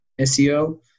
SEO